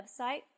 website